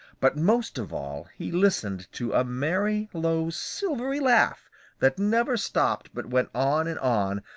but most of all he listened to a merry, low, silvery laugh that never stopped but went on and on,